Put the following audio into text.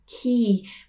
key